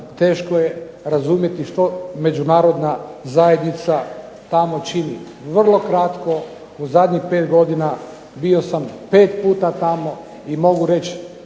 teško je razumjeti što Međunarodna zajednica tamo čini. Vrlo kratko. U zadnjih pet godina bio sam pet puta tamo i mogu reći